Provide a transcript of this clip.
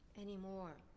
anymore